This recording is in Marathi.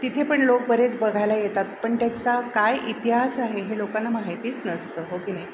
तिथे पण लोक बरेच बघायला येतात पण त्याचा काय इतिहास आहे हे लोकांना माहितीच नसतं हो की नाही